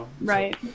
Right